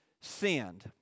sinned